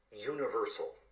universal